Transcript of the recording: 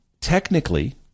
Technically